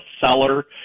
seller